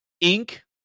ink